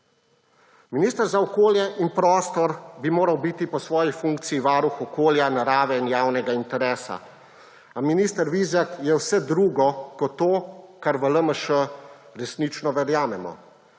Minister za okolje in prostor bi moral biti po svoji funkciji varuh okolja, narave in javnega interesa. A minister Vizjak je vse drugo kot to, kar v LMŠ resnično verjamemo.